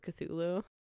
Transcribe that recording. Cthulhu